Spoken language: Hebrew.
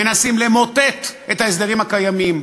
מנסים למוטט את ההסדרים הקיימים,